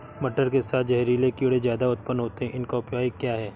मटर के साथ जहरीले कीड़े ज्यादा उत्पन्न होते हैं इनका उपाय क्या है?